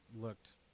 looked